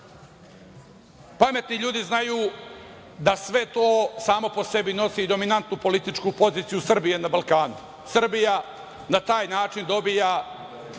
važno. Pametni ljudi znaju da sve to samo po sebi nosi dominantnu političku poziciju Srbije na Balkanu. Srbija na taj način dobija